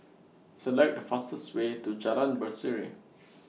Select The fastest Way to Jalan Berseri